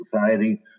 Society